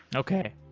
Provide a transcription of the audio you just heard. okay.